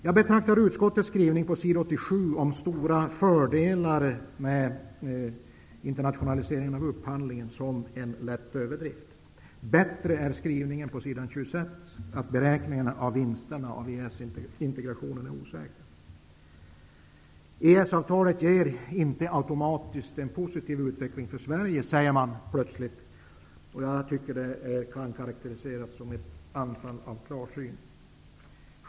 Jag betraktar utskottets skrivning på s. 87 om stora fördelar med internationaliseringen av upphandlingen som en lätt överdrift. Skrivningen på s. 26 är bättre, nämligen att beräkningarna av vinsterna av EES-integrationen är osäkra. I ett plötsligt anfall av klarsyn säger man att EES avtalet inte automatiskt ger en positiv utveckling för Sverige.